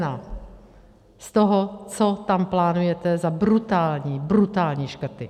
Z toho, co tam plánujete za brutální, brutální škrty.